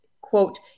Quote